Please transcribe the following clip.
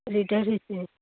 retire হৈছে